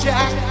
Jack